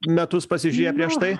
metus pasižiūrėję prieš tai